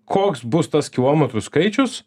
koks bus tas kilometrų skaičius